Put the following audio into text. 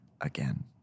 again